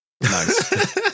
Nice